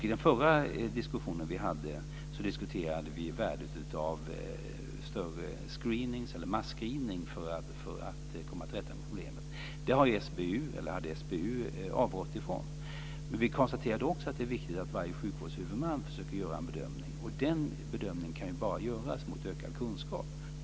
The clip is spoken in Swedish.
I den förra diskussionen vi hade talade vi om värdet av en större screening eller masscreening för att komma till rätta med problemet, något som SBU avrått ifrån. Vi konstaterade också att det är viktigt att varje sjukvårdshuvudman försöker göra en bedömning, och den bedömningen kan bara göras mot ökad kunskap.